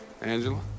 Angela